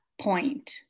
point